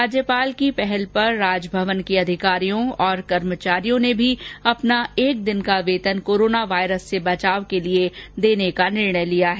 राज्यपाल की पहल पर राजभवन के अधिकारियों और कर्मचारियों ने भी अपना एक दिन का वेतन कोरोना वायरस से बचाव के लिए देने का निर्णय लिया है